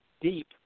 deep